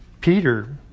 Peter